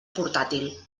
portàtil